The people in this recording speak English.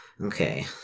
Okay